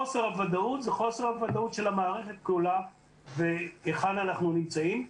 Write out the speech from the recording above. חוסר הוודאות זה חוסר הוודאות של המערכת כולה והיכן אנחנו נמצאים,